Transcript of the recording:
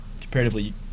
comparatively